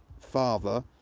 father,